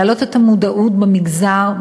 להעלות את המודעות במגזר,